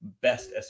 best